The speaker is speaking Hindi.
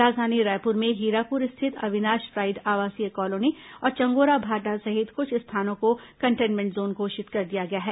राजधानी रायपुर में हीरापुर स्थित अविनाश प्राईड आवासीय कॉलोनी और चंगोराभाटा सहित कुछ स्थानों को कन्टेमेंट जोन घोषित कर दिया है